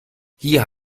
hier